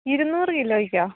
ഇരുന്നൂറ് കിലോയ്ക്കോ